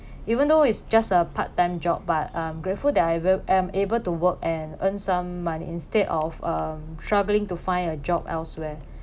even though it's just a part time job but I'm grateful that I'm I'm able to work and earn some money instead of um struggling to find a job elsewhere